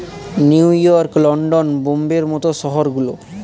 new York, London, বোম্বের মত শহর গুলো